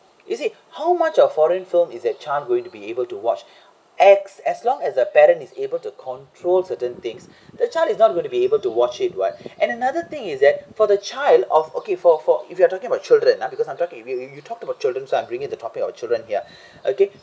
you see how much of foreign film is that child going to be able to watch as as long as a parent is able to control certain things the child is not going to be able to watch it [what] and another thing is that for the child of okay for for if you are talking about children ah because I'm talking with you you talked about children's ah bring in the topic about children here okay